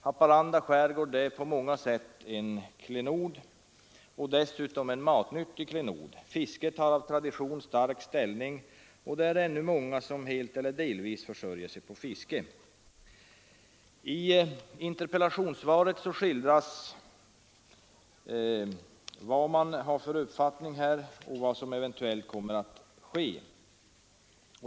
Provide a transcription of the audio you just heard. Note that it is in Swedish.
Haparanda skärgård är på många sätt en klenod, och dessutom en matnyttig klenod. Fisket har av tradition en stark ställning, och det är ännu många som helt eller delvis försörjer sig på fiske. I interpellationssvaret återges vad man har för uppfattning om vad som eventuellt kommer att ske.